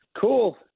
cool